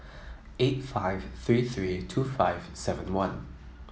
eight five three three two five seven one